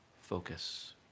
focus